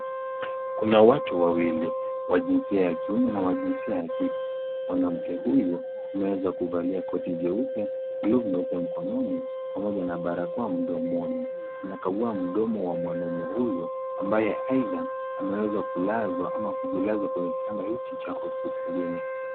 Kuna watu wawili, wa jinsia ya kuime na jinsia ya kike. Mwanamke huyu ameweza kuvalia koti jeupe ruhu nyeupe mkononi pamoja na barakoa mdomoni. Anakagua mdomo wa mwanaume huyu ambaye aidha, ameweza kulazwa au kujikaza kwenye kitanda hichi cha hospitalini.